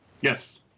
Yes